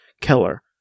Keller